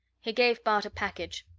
he gave bart a package.